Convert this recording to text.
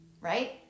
right